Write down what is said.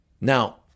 Now